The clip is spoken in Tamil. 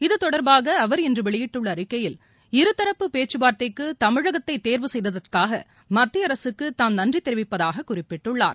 இத்தொடர்பாக அவர் இன்று வெளியிட்டுள்ள அறிக்கையில் இருதரப்பு பேச்சுவார்த்தைக்கு தமிழகத்தை தேர்வு செய்தற்காக மத்திய அரசுக்கு தாம் நன்றி தெரிவிப்பதாக குறிப்பிட்டுள்ளார்